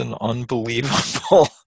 unbelievable